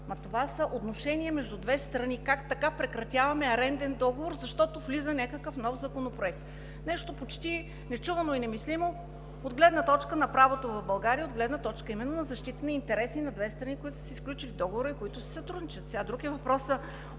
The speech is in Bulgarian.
Това са отношения между две страни. Как така прекратяваме аренден договор, защото влиза някакъв нов законопроект – нещо почти нечувано и немислимо от гледна точка на правото в България, от гледна точка именно на защита интересите на две страни, които са сключили договор и които си сътрудничат? Друг е въпросът